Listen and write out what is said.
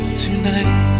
tonight